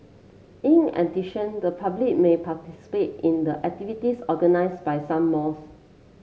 in addition the public may participate in the activities organise by some malls